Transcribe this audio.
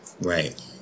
right